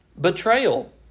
Betrayal